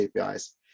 APIs